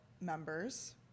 members